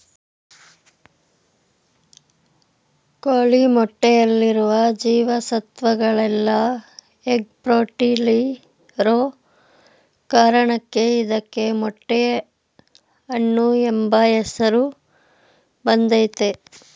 ಕೋಳಿ ಮೊಟ್ಟೆಯಲ್ಲಿರುವ ಜೀವ ಸತ್ವಗಳೆಲ್ಲ ಎಗ್ ಫ್ರೂಟಲ್ಲಿರೋ ಕಾರಣಕ್ಕೆ ಇದಕ್ಕೆ ಮೊಟ್ಟೆ ಹಣ್ಣು ಎಂಬ ಹೆಸರು ಬಂದಯ್ತೆ